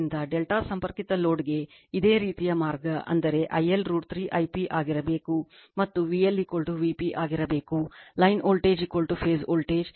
ಆದ್ದರಿಂದ ಡೆಲ್ಟಾ ಸಂಪರ್ಕಿತ ಲೋಡ್ಗೆ ಇದೇ ರೀತಿಯ ಮಾರ್ಗ ಅಂದರೆ I L √ 3 I p ಆಗಿರಬೇಕು ಮತ್ತು VL Vp ಆಗಿರಬೇಕು ಲೈನ್ ವೋಲ್ಟೇಜ್ ಫೇಸ್ ವೋಲ್ಟೇಜ್